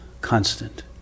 constant